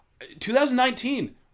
2019